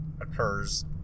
occurs